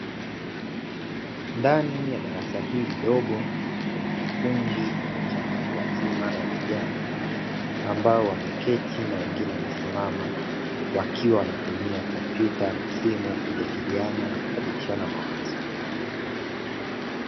Ndani ya darasa hili dogo, kuna kikundi cha watu wazima na vijana, ambao wameketi na wengine wamesimama, wakiwa wanatumia kompyuta na simu kujadiliana na kubadilishana mawazo.